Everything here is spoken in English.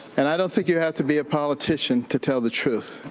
and i don't think you have to be a politician to tell the truth.